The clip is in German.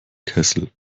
kessel